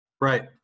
Right